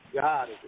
God